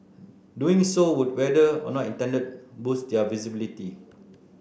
doing so would whether or not intended boost their visibility